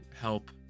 help